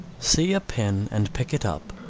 see a pin and pick it up,